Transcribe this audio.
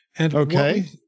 Okay